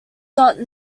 dot